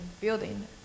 building